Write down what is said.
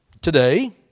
Today